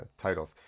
titles